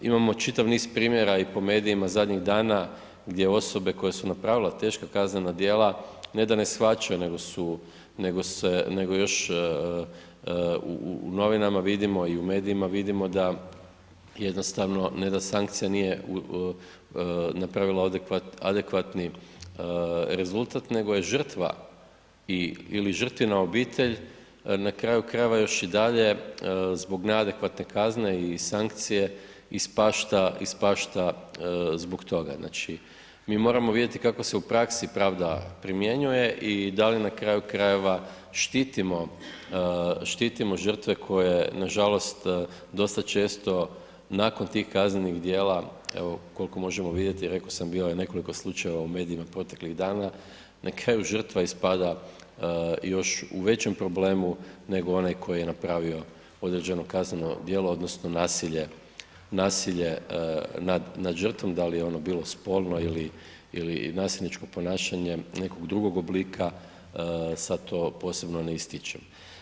Imamo čitav niz primjera i po medijima zadnjih dana gdje osobe koje su napravila teška kaznena djela ne da ne shvaćaju, nego su, nego se, nego još u, u novinama vidimo i u medijima vidimo da jednostavno ne da sankcija nije napravila adekvatni rezultat nego je žrtva i, ili žrtvina obitelj na kraju krajeva još i dalje zbog neadekvatne kazne i sankcije ispašta, ispašta zbog toga, znači mi moramo vidjeti kako se u praksi pravda primjenjuje i da li na kraju krajeva štitimo, štitimo žrtve koje nažalost dosta često nakon tih kaznenih djela, evo kolko možemo vidjeti, reko sam bilo je nekoliko slučajeva u medijima proteklih dana, na kraju žrtva ispada još u većem problemu nego onaj koji je napravio određeno kazneno djelo odnosno nasilje, nasilje nad, nad žrtvom, da li je ono bilo spolno ili, ili nasilničko ponašanje nekog drugog oblika, sad to posebno ne ističem.